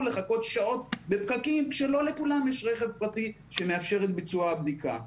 לחכות שעות בפקקים כשלא לכולם יש רכב פרטי שמאפשר את ביצוע הבדיקה.